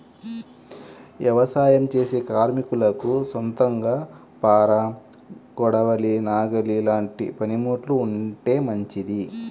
యవసాయం చేసే కార్మికులకు సొంతంగా పార, కొడవలి, నాగలి లాంటి పనిముట్లు ఉంటే మంచిది